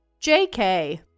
JK